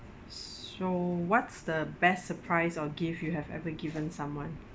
so what's the best surprise or gift you have ever given someone